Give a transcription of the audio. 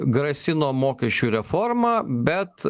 grasino mokesčių reforma bet